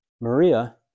Maria